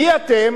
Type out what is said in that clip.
מי אתם?